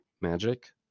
magic